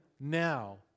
now